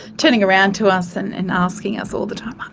turning around to us and and asking us all the time, um